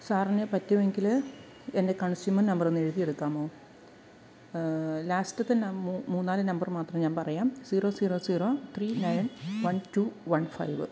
സാറിന് പറ്റുമെങ്കില് എൻ്റെ കൺസ്യൂമർ നമ്പറൊന്ന് എഴുതിയെടുക്കാമോ ലാസ്റ്റത്തെ നം മു മൂന്നാല് നമ്പർ മാത്രം ഞാൻ പറയാം zero zero zero three nine one two one five